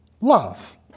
love